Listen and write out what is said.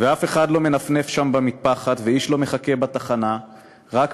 ואף אחד לא מנפנף שם במטפחת / ואיש לא מחכה בתחנה / רק